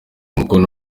umukono